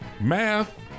Math